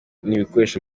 n’ibikoresho